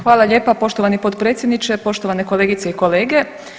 Hvala lijepa poštovani potpredsjedniče, poštovane kolegice i kolege.